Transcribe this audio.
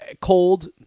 cold